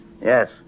Yes